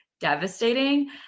devastating